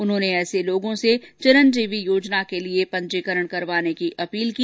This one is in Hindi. उन्होंने ऐसे लोगों से चिरंजीवी योजना के लिये पंजीकरण करवाने की अपील की